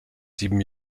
sieben